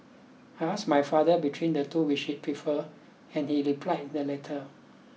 I asked my father between the two which he preferred and he replied the latter